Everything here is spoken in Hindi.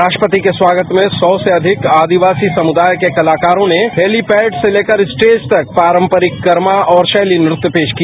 राष्ट्रपति के स्वागत में सौ से अधिक आदिवासी समुदाय के कलाकारों ने हैलीपैड से लेकर स्टेज तक पारंपरिक कर्मा और शैली नृत्य पेश किया